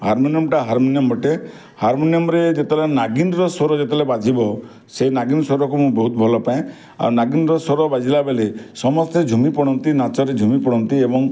harmonium ଟା harmonium ଅଟେ ହାରମୋନିୟମ୍ରେ ଯେତେବେଳେ ନାଗିନ୍ ର ସ୍ୱର ଯେତେବେଲେ ବାଜିବ ସେଇ ନାଗିନ୍ ସ୍ୱରକୁ ମୁଁ ବହୁତ ଭଲପାଏ ଆଉ ନାଗିନ୍ ର ସ୍ୱର ବାଜିଲା ବେଲେ ସମସ୍ତେ ଝୁମି ପଡ଼ନ୍ତି ନାଚରେ ଝୁମି ପଡ଼ନ୍ତି ଏବଂ